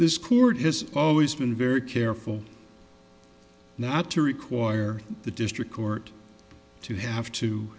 this court has always been very careful not to require the district court to have to